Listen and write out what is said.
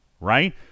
right